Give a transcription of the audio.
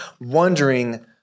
wondering